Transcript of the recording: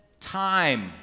time